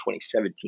2017